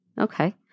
Okay